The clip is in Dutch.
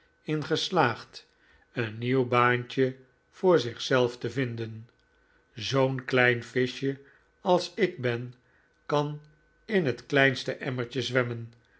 in geslaagd een nieuw baantje voor zichzelf te vinden zoo'n klein vischje als ik ben kan in het kleinste emmertje zwemmen